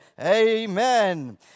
amen